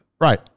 right